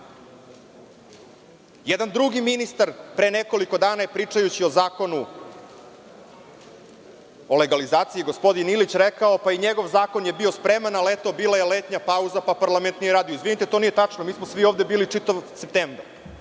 Vlade. Jedan drugi ministar pre nekoliko dana je pričajući o Zakonu o legalizaciji, gospodin Ilić rekao da je i njegov zakon bio spreman ali je bila letnja pauza pa parlament nije radio. To nije tačno. Mi smo svi ovde bili čitav septembar